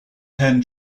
penn